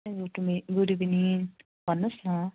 good evening भन्नुहोस् न